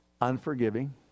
unforgiving